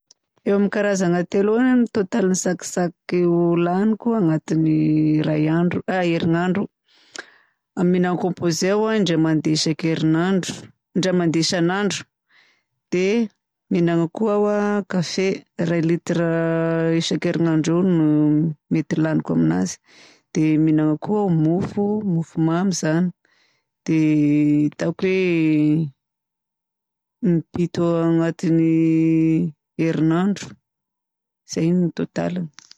Eo amin'ny karazagny telo eo ny totalin'ny tsakitsaky laniko agnatin'ny ray andro, a herinandro. Mihinagna composé aho indray mandeha isan-kerinandro, indray mandeha isanandro, dia mihinagna koa aho kafe, iray litre isan-kerinandro eo no mety laniko aminazy. Dia mihinagna koa aho mofo, mofomamy zany. Dia ataoko hoe impito ao agnatin'ny herinandro zany no totaliny.